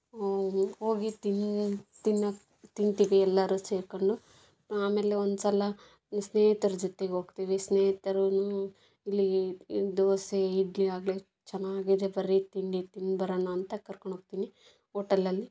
ಹೋಗಿ ತಿನ್ನಿ ತಿನ್ನೋಕೆ ತಿಂತೀವಿ ಎಲ್ಲರೂ ಸೇರಿಕೊಂಡು ಆಮೇಲೆ ಒಂದ್ಸಲ ಸ್ನೇಹಿತರ ಜೊತೆಗೆ ಹೋಗ್ತೀವಿ ಸ್ನೇಹಿತರು ಇಲ್ಲಿಗೆ ದೋಸೆ ಇಡ್ಲಿ ಆಗಲಿ ಚೆನ್ನಾಗಿದೆ ಬರ್ರಿ ತಿಂಡಿ ತಿಂದ್ಬರೋಣ ಅಂತ ಕರ್ಕೊಂಡು ಹೋಗ್ತೀನಿ ಹೋಟೆಲಲ್ಲಿ